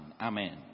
Amen